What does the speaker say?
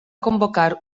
convocar